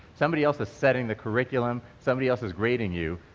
somebody else is setting the curriculum, somebody else is grading you,